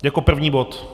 Jako první bod?